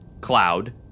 Cloud